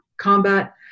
combat